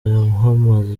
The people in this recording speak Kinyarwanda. yahamaze